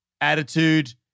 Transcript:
attitude